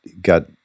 got